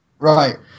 Right